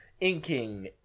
inking